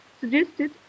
suggested